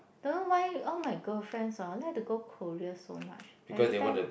don't know why all my girlfriends hor like to go Korea so much every time